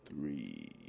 three